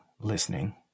listening